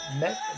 Met